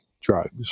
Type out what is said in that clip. drugs